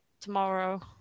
tomorrow